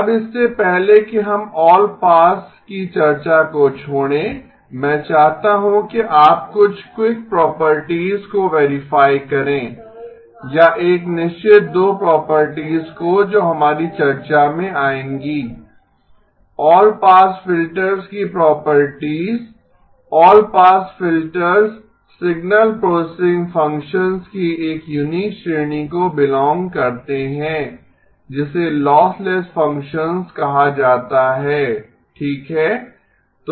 अब इससे पहले कि हम ऑल पास की चर्चा को छोडें मैं चाहता हूँ कि आप कुछ क्विक प्रॉपर्टीज को वेरीफाई करें या एक निश्चित दो प्रॉपर्टीज को जो हमारी चर्चा मे आयेंगीं ऑल पास फिल्टर्स की properties all pass filters signal processing functions की एक यूनिक श्रेणी को बिलोंग करतें हैं जिसे लॉसलेस फ़ंक्शंस कहा जाता है ठीक है